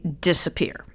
disappear